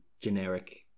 generic